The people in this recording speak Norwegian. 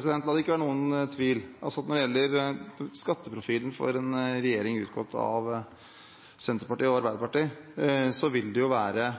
det ikke være noen tvil: Når det gjelder skatteprofilen for en regjering utgått av Senterpartiet og Arbeiderpartiet, vil det være